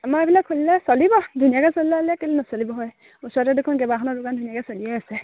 আমাৰ বিলাক খুলিলে চলিব ধুনীয়াকে কেলে নচলিব হয় ওচৰতে দেখোন কেইবাখনো দোকান ধুনীয়াকে চলিয়েই আছে